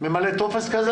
ממלא טופס כזה?